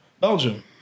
belgium